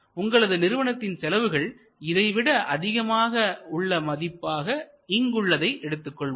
உங்களது நிறுவனத்தின் செலவுகள் இதை விட அதிகமாக உள்ள மதிப்பாக இங்குள்ளதை எடுத்துக் கொள்வோம்